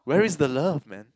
where is the love man